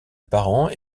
parents